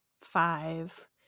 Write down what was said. five